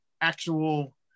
actual